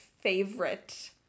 favorite